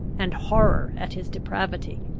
and horror at his depravity.